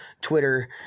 Twitter